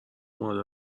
مادر